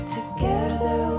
Together